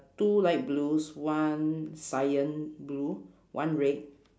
two light blues one cyan blue one red